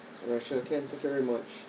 ya sure can thank you very much